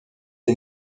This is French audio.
est